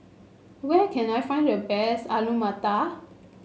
where can I find the best Alu Matar